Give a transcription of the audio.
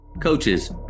coaches